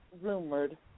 rumored